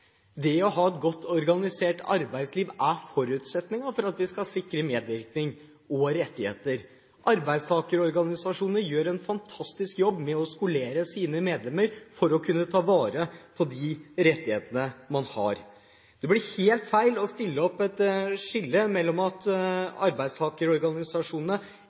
arbeidsliv er forutsetningen for at vi skal sikre medvirkning og rettigheter. Arbeidstakerorganisasjonene gjør en fantastisk jobb med å skolere sine medlemmer for å kunne ta vare på de rettighetene man har. Det blir helt feil å stille opp et skille, at arbeidstakerorganisasjonene